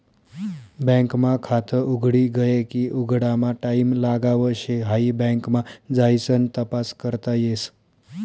bank मा खात उघडी गये की उघडामा टाईम लागाव शे हाई बँक मा जाइसन तपास करता येस